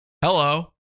Hello